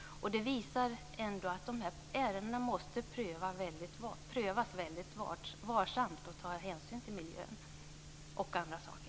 Det visar att de här ärendena måste prövas väldigt varsamt, med hänsynstagande till miljön och till andra saker.